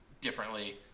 differently